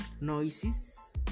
Noises